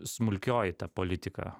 smulkioji ta politika